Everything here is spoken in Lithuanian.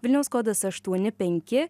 vilniaus kodas aštuoni penki